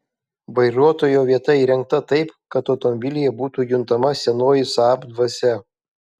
vairuotojo vieta įrengta taip kad automobilyje būtų juntama senoji saab dvasia